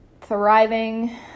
thriving